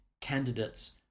candidates